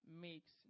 makes